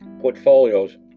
portfolios